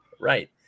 right